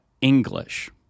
English